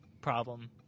problem